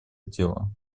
дело